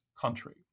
country